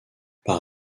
par